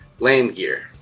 Landgear